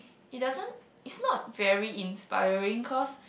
it doesn't is not very inspiring because